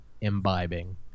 imbibing